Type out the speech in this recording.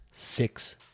Six